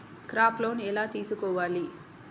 Crop loan ఎలా తీసుకోవాలి?